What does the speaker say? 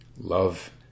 Love